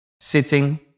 sitting